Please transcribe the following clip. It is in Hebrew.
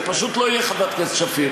זה פשוט לא יהיה, חברת הכנסת שפיר.